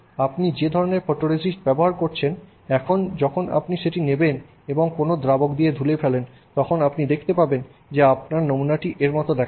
আপনি যে ধরণের ফটোরেজিস্ট ব্যবহার করছেন এখন যখন আপনি সেটি নেবেন এবং কোনও দ্রাবক দিয়ে ধুয়ে ফেলেন তখন আপনি দেখতে পাবেন যে আপনার নমুনাটি এর মতো দেখাবে